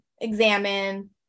examine